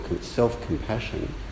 self-compassion